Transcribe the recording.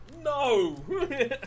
no